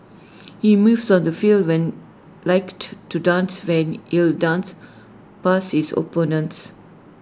his moves on the field when likened to dance where he'll 'dance' past his opponents